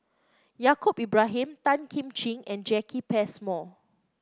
Yaacob Ibrahim Tan Kim Ching and Jacki Passmore